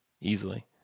Easily